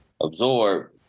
absorb